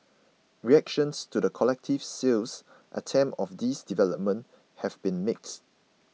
reactions to the collective sales attempt of these developments have been mixed